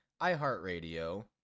iHeartRadio